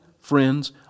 friends